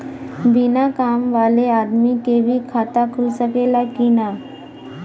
बिना काम वाले आदमी के भी खाता खुल सकेला की ना?